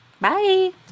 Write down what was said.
Bye